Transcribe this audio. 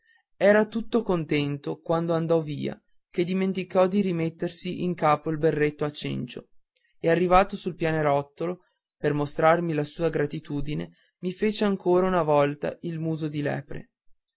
era tanto contento quando andò via che dimenticò di rimettersi in capo il berretto a cencio e arrivato sul pianerottolo per mostrarmi la sua gratitudine mi fece ancora una volta il muso di lepre